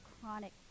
chronic